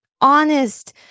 honest